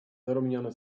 zarumieniony